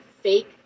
fake